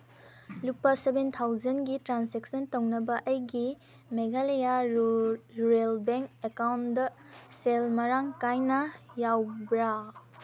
ꯂꯨꯄꯥ ꯁꯚꯦꯟ ꯊꯥꯎꯖꯟꯒꯤ ꯇ꯭ꯔꯥꯟꯁꯦꯛꯁꯟ ꯇꯧꯅꯕ ꯑꯩꯒꯤ ꯃꯦꯘꯥꯂꯌꯥ ꯔꯨꯔꯦꯜ ꯕꯦꯡ ꯑꯦꯀꯥꯎꯟꯗ ꯁꯦꯜ ꯃꯔꯥꯡ ꯀꯥꯏꯅ ꯌꯥꯎꯕ꯭ꯔ